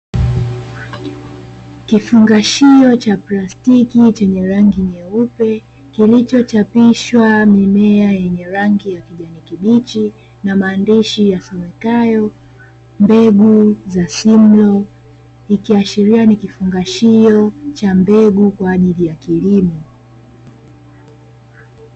Kifungashio cha plastiki chenye rangi nyeupe kilichochapishwa mimea yenye rangi ya kijani kibichi na maandishi yasomekayo "mbegu za simu", kiashiria nikifungashio cha mbegu kwa ajili ya kilimo